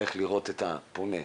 איך לראות את הפונה,